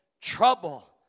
trouble